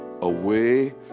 away